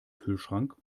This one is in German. kühlschrank